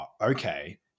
okay